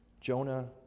Jonah